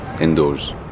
indoors